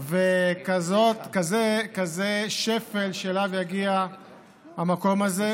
ולכזה שפל שאליו יגיע המקום הזה,